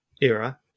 era